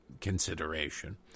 consideration